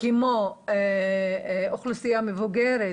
כמו האוכלוסייה המבוגרת,